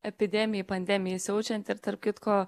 epidemijai pandemijai siaučiant ir tarp kitko